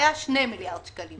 היה 2 מיליארד שקלים.